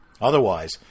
Otherwise